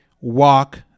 walk